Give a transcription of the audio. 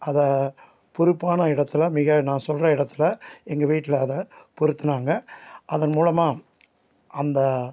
அதை பொறுப்பான இடத்தில் மிக நான் சொல்கிற இடத்துல எங்கள் வீட்டில் அதை பொருத்துனாங்க அதன் மூலமாக அந்த